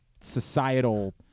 societal